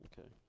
Okay